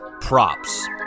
props